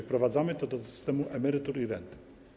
Wprowadzamy to do systemu emerytur i rent.